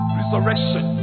resurrection